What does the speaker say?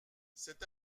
cet